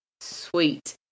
Sweet